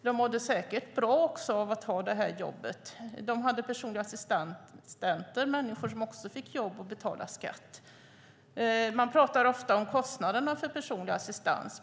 De mådde säkert bra av att ha jobb. De hade personliga assistenter, det vill säga människor som också fick jobb och betalade skatt. Man pratar ofta om kostnaderna för personlig assistans.